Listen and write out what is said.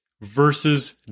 versus